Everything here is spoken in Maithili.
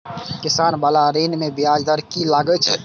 किसान बाला ऋण में ब्याज दर कि लागै छै?